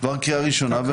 עבר קריאה ראשונה.